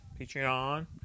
Patreon